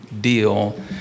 deal